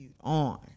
on